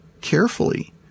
carefully